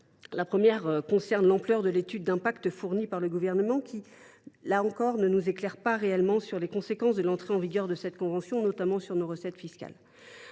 La première concerne l’ampleur de l’étude d’impact fournie par le Gouvernement, qui, cette fois encore, ne nous éclaire pas réellement sur les conséquences de l’entrée en vigueur de cette convention, notamment sur nos recettes fiscales.